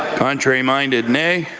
contrary-minded, nay?